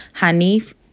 Hanif